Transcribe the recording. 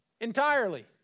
entirely